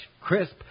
crisp